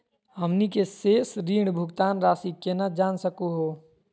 हमनी के शेष ऋण भुगतान रासी केना जान सकू हो?